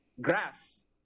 grass